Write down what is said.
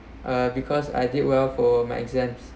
uh because I did well for my exams